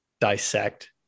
dissect